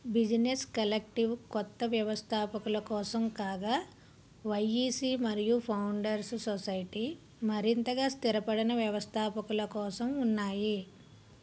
business collective కొత్త వ్యవస్థాపకుల కోసం కాగా వైఈసి మరియు ఫౌండర్స్ సొసైటీ మరింతగా స్థిరపడిన వ్యవస్థాపకుల కోసం ఉన్నాయి